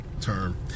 term